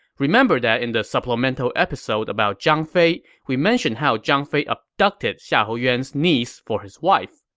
remember that in the supplemental episode about zhang fei, we mentioned how zhang fei abducted xiahou yuan's niece for his wife.